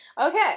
Okay